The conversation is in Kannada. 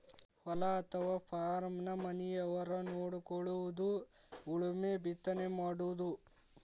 ಹೊಲಾ ಅಥವಾ ಪಾರ್ಮನ ಮನಿಯವರ ನೊಡಕೊಳುದು ಉಳುಮೆ ಬಿತ್ತನೆ ಮಾಡುದು